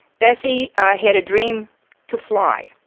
bessie had a dream to fly.